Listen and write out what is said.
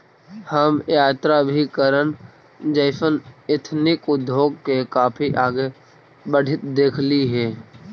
हम यात्राभिकरण जइसन एथनिक उद्योग के काफी आगे बढ़ित देखली हे